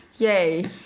Yay